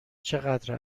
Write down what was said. چقدر